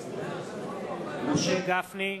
נוכחת משה גפני,